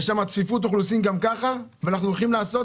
יש שם צפיפות אוכלוסין גם כך ואנחנו נגרום לנזק